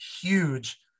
huge